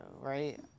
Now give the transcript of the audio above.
right